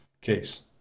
case